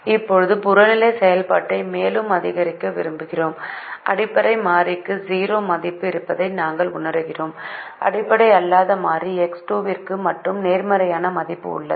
இப்போது புறநிலை செயல்பாட்டை மேலும் அதிகரிக்க விரும்புகிறோம் அடிப்படை மாறிக்கு 0 மதிப்பு இருப்பதை நாங்கள் உணர்கிறோம் அடிப்படை அல்லாத மாறி X2 க்கு மட்டுமே நேர்மறையான மதிப்பு உள்ளது